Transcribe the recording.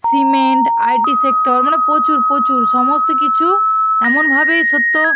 cement IT sector মানে প্রচুর প্রচুর সমস্ত কিছু এমনভাবেই সত্য